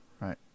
right